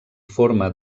forma